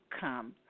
come